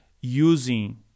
using